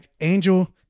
Angel